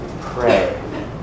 pray